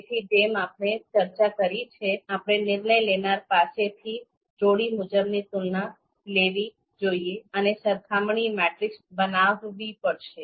તેથી જેમ આપણે ચર્ચા કરી છે આપણે નિર્ણય લેનારા પાસેથી જોડી મુજબની તુલના લેવી જોઈએ અને સરખામણી મેટ્રિક્સ બનાવવી પડશે